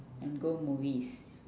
and go movies